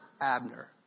Abner